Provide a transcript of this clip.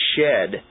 shed